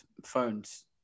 phones